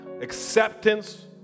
acceptance